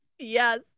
Yes